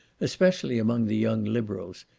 especially among the young liberals,